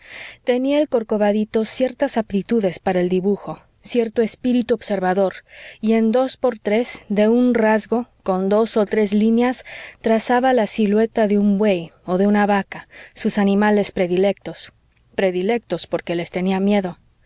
tenía el corcovadito ciertas aptitudes para el dibujo cierto espíritu observador y en dos por tres de un rasgo con dos o tres líneas trazaba la silueta de un buey o de una vaca sus animales predilectos predilectos porque les tenía miedo